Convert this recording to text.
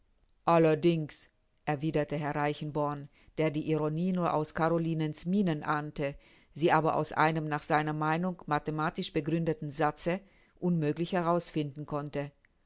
allerdings erwiderte herr reichenborn der die ironie nur aus carolinens mienen ahnte sie aber aus einem nach seiner meinung mathematisch begründeten satze unmöglich heraus finden konnte